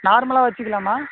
நார்மலாக வைச்சிக்கிலாமா